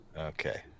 Okay